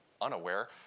unaware